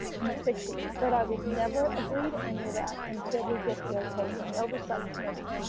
and the sixty, but i would never agree to any of that until we get the okay from the oversight committee,